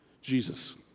Jesus